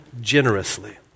generously